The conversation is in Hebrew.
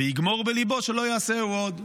"ויגמור בליבו שלא יעשהו עוד".